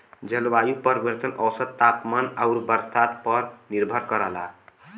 जलवायु परिवर्तन औसत तापमान आउर बरसात पर निर्भर करला